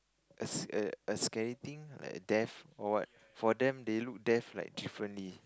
a a a scary thing like death or what for them they look death like differently